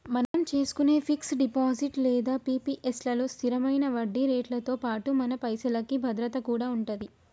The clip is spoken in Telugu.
మనం చేసుకునే ఫిక్స్ డిపాజిట్ లేదా పి.పి.ఎస్ లలో స్థిరమైన వడ్డీరేట్లతో పాటుగా మన పైసలకి భద్రత కూడా ఉంటది